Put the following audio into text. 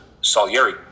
Salieri